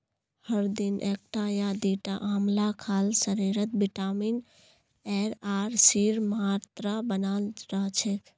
हर दिन एकटा या दिता आंवला खाल शरीरत विटामिन एर आर सीर मात्रा बनाल रह छेक